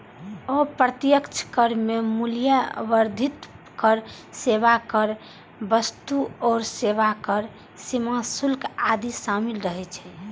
अप्रत्यक्ष कर मे मूल्य वर्धित कर, सेवा कर, वस्तु आ सेवा कर, सीमा शुल्क आदि शामिल रहै छै